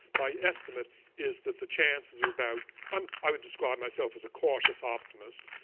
my estimate is that the chances are about um i would describe myself as a cautious optimist.